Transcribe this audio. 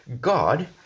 God